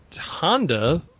Honda